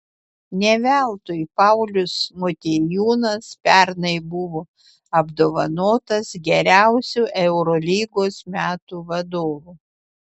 ne veltui paulius motiejūnas pernai buvo apdovanotas geriausiu eurolygos metų vadovu